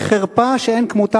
חרפה שאין כמותה,